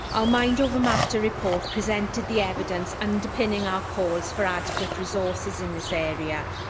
our mind over matter report presented the evidence underpinning our calls for adequate resources in this area.